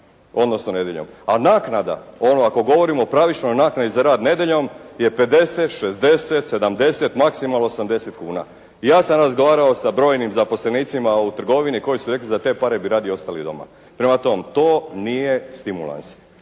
odnosno nedjeljom. A naknada, ono ako govorimo o pravičnoj naknadi za rad nedjeljom je 50, 60, 70, maksimalno 80 kuna. Ja sam razgovarao sa brojnim zaposlenicima u trgovini koji su rekli: «Za te pare bi radije ostali doma.» Prema tome to nije stimulans.